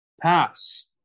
pass